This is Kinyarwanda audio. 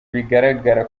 bigaragara